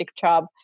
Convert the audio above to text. job